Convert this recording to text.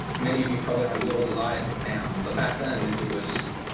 many of you probably aren't as old as i am. but back then it was